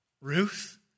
Ruth